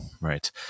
right